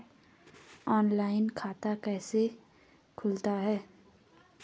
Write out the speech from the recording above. Online खाता कैसे खुलता है?